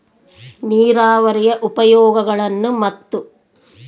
ನೇರಾವರಿಯ ಉಪಯೋಗಗಳನ್ನು ಮತ್ತು?